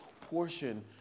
portion